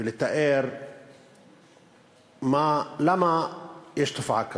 ולתאר למה יש תופעה כזאת.